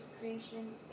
creation